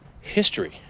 history